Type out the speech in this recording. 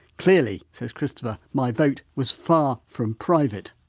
clearly, says christopher, my vote was far from private.